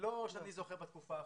לא שאני זוכר שהיה בתקופה האחרונה.